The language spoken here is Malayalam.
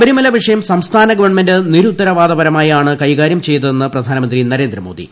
ശബരിമല വിഷയം സംസ്ഥാന ഗവൺമെന്റ് നിരുത്തരവാദപരമായി ആണ് കൈകാര്യം ചെയ്തതെന്ന് പ്രധാനമന്ത്രി നരേന്ദ്രമോദി